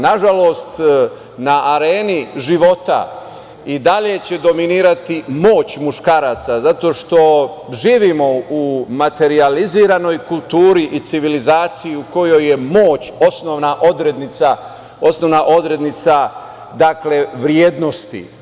Nažalost, na areni života i dalje će dominirati moć muškaraca zato što živimo u materijalizovanoj kulturi i civilizaciji u kojoj je moć osnovna odrednica vrednosti.